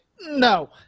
No